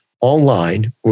online